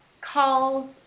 calls